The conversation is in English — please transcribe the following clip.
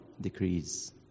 decrease